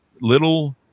Little